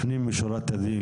לפנים משורת הדין,